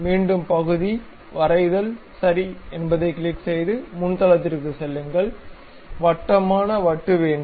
மீண்டும் பகுதி வரைதல் சரி என்பதைக் கிளிக் செய்து முன் தளத்திற்குச் செல்லுங்கள் வட்டமான வட்டு வேண்டும்